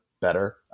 better